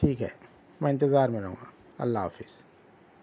ٹھیک ہے میں اِنتظار میں رہوں گا اللہ حافظ